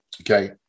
okay